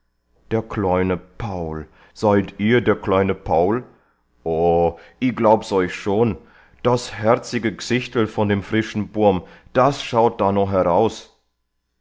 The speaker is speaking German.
der kleine paul seid ihr der kleine paul oh i glaub's euch schon das herzige g'sichtl von dem frischen bub'n das schaut da no heraus